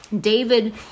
David